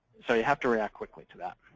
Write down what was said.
so you have to react quickly to that.